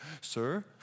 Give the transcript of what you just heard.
sir